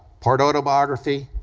part autobiography,